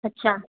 अच्छा